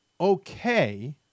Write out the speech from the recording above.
okay